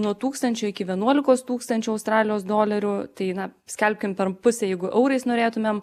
nuo tūkstančio iki vienuolikos tūkstančių australijos dolerių tai na skelkim per pusę jeigu eurais norėtumėm